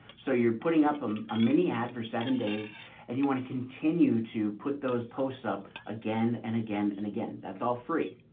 so you're putting up um a mini ad for seven days and you want to continue to put those posts up again and again and again. that's all free.